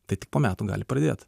tai tik po metų gali pradėt